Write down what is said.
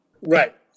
Right